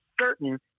certain